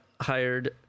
hired